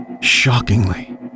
shockingly